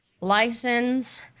License